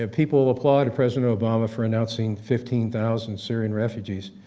ah people applaud president obama for announcing fifteen thousand syrian refugees.